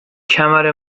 کمر